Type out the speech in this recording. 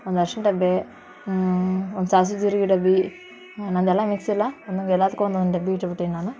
ಒಂದು ಅರ್ಶ್ಣ ಡಬ್ಬ ಒಂದು ಸಾಸ್ವೆ ಜೀರ್ಗೆ ಡಬ್ಬ ನಂದು ಎಲ್ಲ ಮಿಕ್ಸಿಲ್ಲ ಒಂದೊಂದು ಎಲ್ಲದಕ್ಕೂ ಒಂದೊಂದು ಡಬ್ಬ ಇಟ್ಬಿಟ್ಟೇನೆ ನಾನು